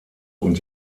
und